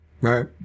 right